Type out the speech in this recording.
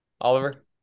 Oliver